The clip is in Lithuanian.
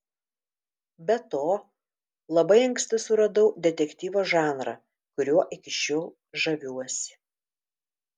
be to labai anksti suradau detektyvo žanrą kuriuo iki šiol žaviuosi